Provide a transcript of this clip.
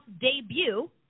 debut